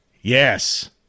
Yes